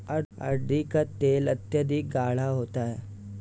अरंडी का तेल अत्यधिक गाढ़ा होता है